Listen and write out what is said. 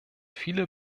viele